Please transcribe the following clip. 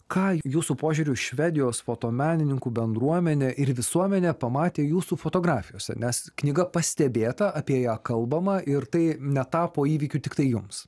ką jūsų požiūriu švedijos fotomenininkų bendruomenė ir visuomenė pamatė jūsų fotografijose nes knyga pastebėta apie ją kalbama ir tai netapo įvykiu tiktai jums